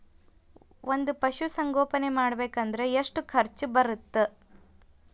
ಒಂದ್ ಪಶುಸಂಗೋಪನೆ ಮಾಡ್ಬೇಕ್ ಅಂದ್ರ ಎಷ್ಟ ಖರ್ಚ್ ಬರತ್ತ?